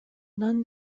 nun